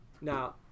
Now